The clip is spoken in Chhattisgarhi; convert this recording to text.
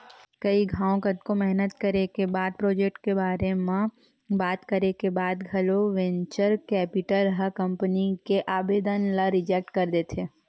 कई घांव कतको मेहनत करे के बाद प्रोजेक्ट के बारे म बात करे के बाद घलो वेंचर कैपिटल ह कंपनी के आबेदन ल रिजेक्ट कर देथे